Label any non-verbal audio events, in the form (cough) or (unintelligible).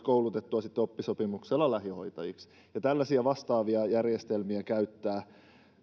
(unintelligible) koulutettua sitten jonkinlaisella oppisopimuksella tai muulla lähihoitajiksi ja tällaisia vastaavia järjestelmiä käyttää